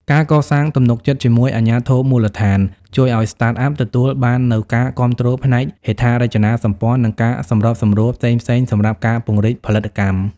ការកសាងទំនុកចិត្តជាមួយអាជ្ញាធរមូលដ្ឋាន ជួយឱ្យ Startup ទទួលបាននូវការគាំទ្រផ្នែកហេដ្ឋារចនាសម្ព័ន្ធ និងការសម្របសម្រួលផ្សេងៗសម្រាប់ការពង្រីកផលិតកម្ម។